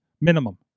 minimum